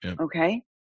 Okay